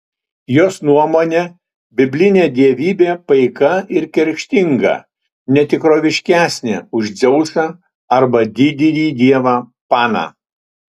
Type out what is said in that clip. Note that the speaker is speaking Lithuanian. jos nuomone biblinė dievybė paika ir kerštinga ne tikroviškesnė už dzeusą arba didįjį dievą paną